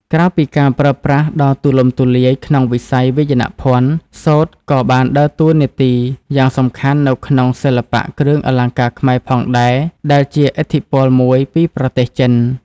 ក្រៅពីការប្រើប្រាស់ដ៏ទូលំទូលាយក្នុងវិស័យវាយនភ័ណ្ឌ សូត្រក៏បានដើរតួនាទីយ៉ាងសំខាន់នៅក្នុងសិល្បៈគ្រឿងអលង្ការខ្មែរផងដែរ ដែលជាឥទ្ធិពលមួយពីប្រទេសចិន។